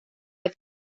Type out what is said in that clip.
oedd